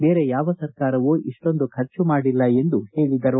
ಬೇರೆ ಯಾವ ಸರ್ಕಾರವೂ ಇಷ್ಟೊಂದು ಖರ್ಚು ಮಾಡಿಲ್ಲ ಎಂದು ಹೇಳಿದರು